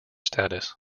status